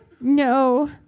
No